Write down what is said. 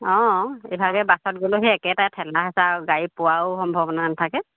অঁ ইভাগে বাছত গ'লেও সেই একেটাই ঠেলা হেঁচা আৰু গাড়ী পোৱাৰো সম্ভাৱনা নাথাকে